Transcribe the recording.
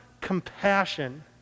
compassion